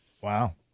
Wow